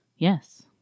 Yes